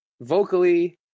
vocally